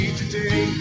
today